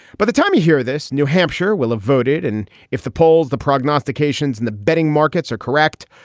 but the time you hear this. new hampshire will have voted. and if the polls, the prognostications and the betting markets are correct,